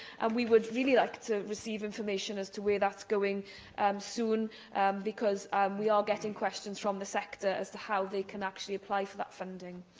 and we would really like to receive information as to where that's going um soon because we are getting questions from the sector as to how they can actually apply for that funding.